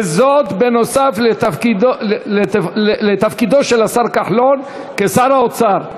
וזאת בנוסף לתפקידו של השר כחלון כשר האוצר,